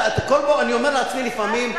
אני אומר לעצמי לפעמים,